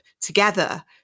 together